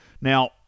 Now